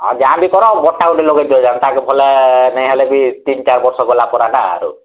ହଁ ଯାହା ବି କର ବଡ଼୍ଟା ଗୋଟେ ଲଗାଇ ଦିଅ ବୋଲେ ନାଇଁ ହେଲେ ବି ତିନ ଚାରି ବର୍ଷ ଗଲା ପରେ ଏଇଟା ଆରୁ